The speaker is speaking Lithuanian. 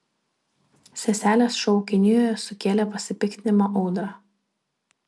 seselės šou kinijoje sukėlė pasipiktinimo audrą